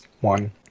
one